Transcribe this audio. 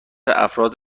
افراد